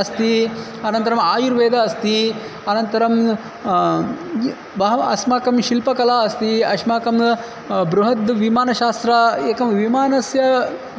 अस्ति अनन्तरम् आयुर्वेदः अस्ति अनन्तरं बहवः अस्माकं शिल्पकला अस्ति अस्माकं बृहद्विमानशास्त्रं एकं विमानस्य